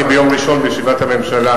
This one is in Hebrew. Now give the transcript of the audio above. אני ביום ראשון בישיבת הממשלה,